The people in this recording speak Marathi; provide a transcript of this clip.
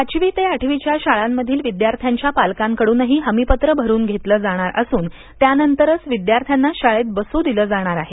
पाचवी ते आठवीच्या शाळामधील विदयार्थ्याच्या पालकांकडूनही हमीपत्र भरून घेतलं जाणार असून त्यानंतरच विद्यार्थ्यांना शाळेत बसू दिलं जाणार आहे